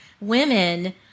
women